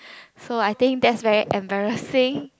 so I think that's very embarrassing